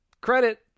credit